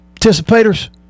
Participators